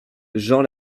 jean